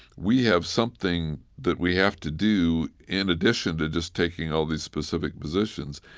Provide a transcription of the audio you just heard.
we have something that we have to do in addition to just taking all these specific positions,